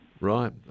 Right